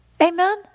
Amen